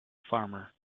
farmer